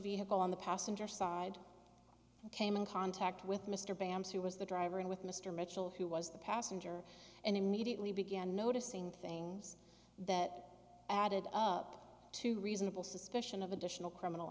vehicle on the passenger side came in contact with mr bangs who was the driver and with mr mitchell who was the passenger and immediately began noticing things that added up to reasonable suspicion of additional criminal